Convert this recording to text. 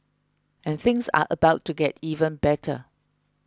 and things are about to get even better